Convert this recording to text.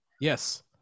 Yes